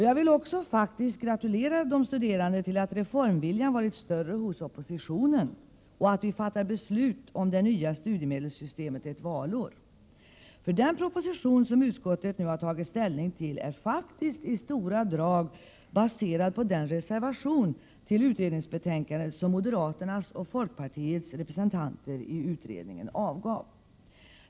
Jag vill också faktiskt gratulera de studerande till att reformviljan varit större hos oppositionen och att vi fattar beslut om det nya studiemedelssystemet ett valår. Den proposition som utskottet har tagit ställning till är faktiskt i stora drag baserad på den reservation till utredningsbetänkandet som moderaternas och folkpartiets representanter i utredningen avgav.